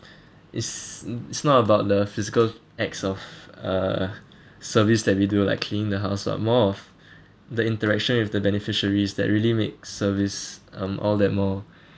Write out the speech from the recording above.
it's it's not about the physical acts of uh service that we do like cleaning the house lah more of the interaction with the beneficiaries that really makes service um